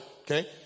Okay